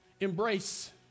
Embrace